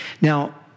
Now